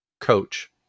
coach